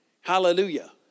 Hallelujah